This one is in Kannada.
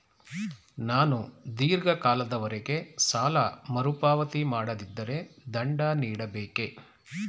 ನಾನು ಧೀರ್ಘ ಕಾಲದವರೆ ಸಾಲ ಮರುಪಾವತಿ ಮಾಡದಿದ್ದರೆ ದಂಡ ನೀಡಬೇಕೇ?